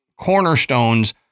cornerstones